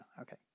Okay